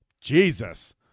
Jesus